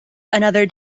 another